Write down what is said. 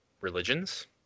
religions